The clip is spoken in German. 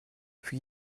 für